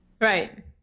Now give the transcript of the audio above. right